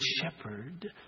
shepherd